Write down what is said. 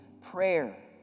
prayer